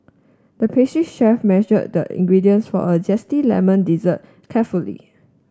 the pastry chef measured the ingredients for a zesty lemon dessert carefully